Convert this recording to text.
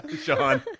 Sean